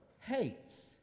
hates